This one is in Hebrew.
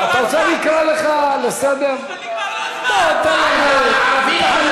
הוא לא דיבר על אנשים שגנבו קרקע באום